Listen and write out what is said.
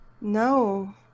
No